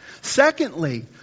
Secondly